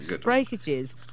Breakages